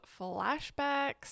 flashbacks